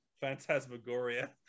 phantasmagoria